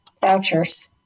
vouchers